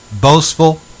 boastful